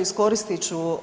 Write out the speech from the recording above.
Iskoristit ću